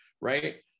right